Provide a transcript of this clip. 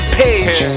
page